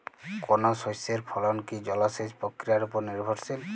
কোনো শস্যের ফলন কি জলসেচ প্রক্রিয়ার ওপর নির্ভর করে?